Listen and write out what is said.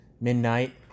midnight